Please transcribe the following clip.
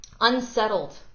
unsettled